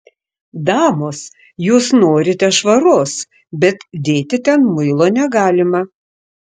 damos jūs norite švaros bet dėti ten muilo negalima